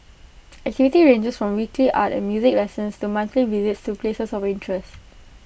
activities ranges from weekly art and music lessons to monthly visits to places of interests